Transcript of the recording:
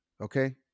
Okay